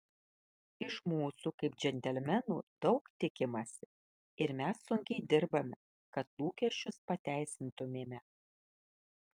iš mūsų kaip džentelmenų daug tikimasi ir mes sunkiai dirbame kad lūkesčius pateisintumėme